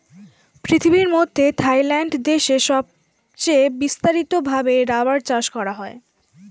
পৃথিবীর মধ্যে থাইল্যান্ড দেশে সবচে বিস্তারিত ভাবে রাবার চাষ করা হয়